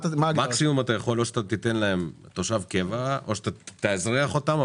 מקסימום או שתיתן להם תושב קבע או שאתה תאזרח אותם,